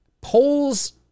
Polls